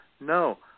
No